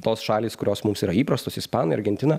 tos šalys kurios mums yra įprastos ispanai argentina